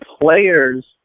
players